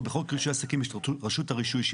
בחוק רישוי עסקים יש את רשות הרישוי,